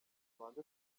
tubanze